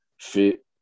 fit